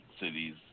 cities